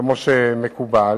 כמו שמקובל.